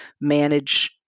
manage